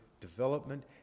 development